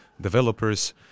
developers